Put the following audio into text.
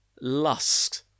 Lust